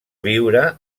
viure